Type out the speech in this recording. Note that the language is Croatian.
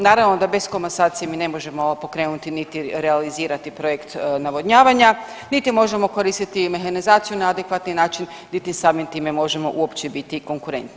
Naravno da bez komasacije mi ne možemo pokrenuti niti realizirati projekt navodnjavanja, niti možemo koristiti mehanizaciju na adekvatni način, niti samim time možemo uopće biti konkurenti.